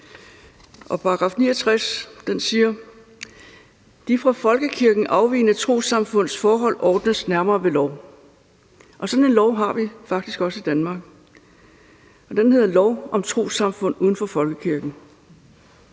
i § 69: »De fra folkekirken afvigende trossamfunds forhold ordnes nærmere ved lov.« Sådan en lov har vi faktisk også i Danmark, og den hedder lov om trossamfund uden for folkekirken.